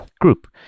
group